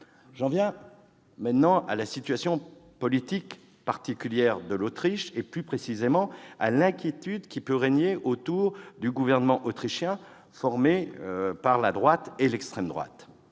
J'en viens maintenant à la situation politique particulière de l'Autriche et, plus précisément, à l'inquiétude qui peut régner autour du gouvernement autrichien formé par la droite et l'extrême droite.